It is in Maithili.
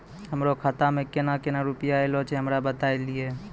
हमरो खाता मे केना केना रुपैया ऐलो छै? हमरा बताय लियै?